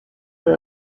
der